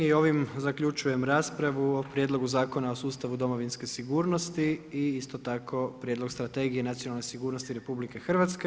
I ovim zaključujem raspravu o Prijedlogu zakona o sustavu domovinske sigurnosti i isto tako Prijedlog Strategije nacionalne sigurnosti RH.